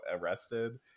arrested